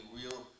real